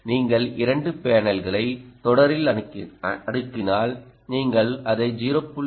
நீங்கள் இரண்டு பேனல்களை தொடரில் அடுக்கினால் நீங்கள் அதை 0